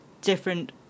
different